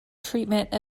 treatment